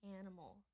animal